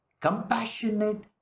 compassionate